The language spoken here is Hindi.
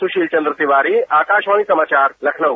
सुशील चन्द्र तिवारी आकाशवाणी समाचार लखनऊ